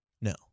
No